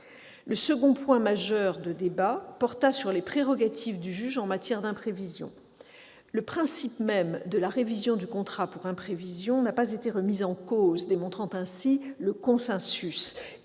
Le second point majeur de débat porta sur les prérogatives du juge en matière d'imprévision. Le principe même de la révision du contrat pour imprévision n'a pas été remis en cause, démontrant ainsi le consensus